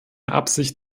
absicht